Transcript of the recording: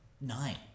Nine